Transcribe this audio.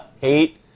Hate